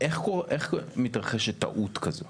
איך מתרחשת טעות כזאת?